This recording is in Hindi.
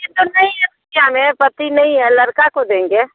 यह तो नहीं है अब क्या है पति नहीं है लड़के को देंगे